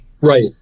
Right